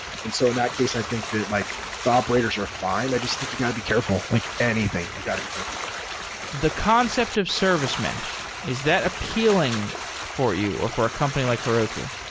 and so in that case, i think like the operators are fine. i just think you got to be careful. like anything, you got to be careful the concept of service mesh, is that appealing for you, or for a company like heroku?